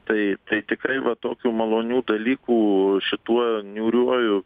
tai tai tikrai va tokių malonių dalykų šituo niūriuoju